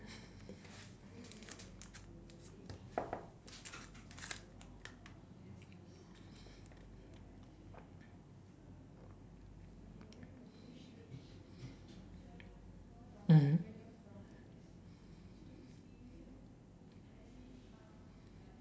mm